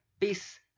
peace